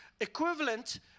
equivalent